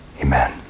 Amen